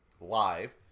live